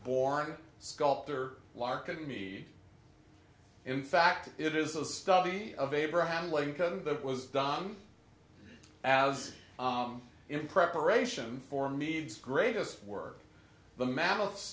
born sculptor lark and me in fact it is a study of abraham lincoln that was done as in preparation for meads greatest work the